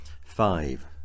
five